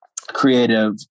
creative